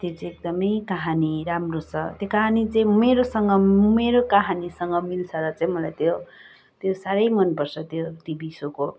त्यो चाहिँ एकदमै कहानी राम्रो छ त्यो कहानी चाहिँ मेरोसँग मिल्छ र चाहिँ मलाई साह्रै मनपर्छ त्यो टिभी सोको